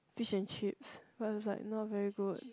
fish and chips I was like not very good